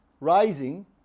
rising